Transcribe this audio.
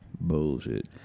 Bullshit